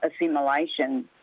assimilation